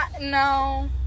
No